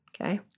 Okay